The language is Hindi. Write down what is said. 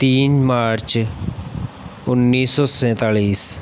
तीन मार्च उन्नीस सौ सैंतालीस